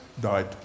died